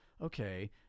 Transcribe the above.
okay